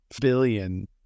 Billion